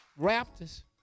Raptors